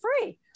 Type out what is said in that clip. free